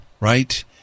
right